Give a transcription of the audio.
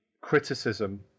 criticism